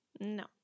No